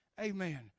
Amen